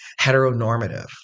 heteronormative